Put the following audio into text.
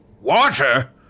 Water